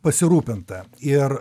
pasirūpinta ir